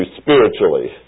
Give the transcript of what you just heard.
spiritually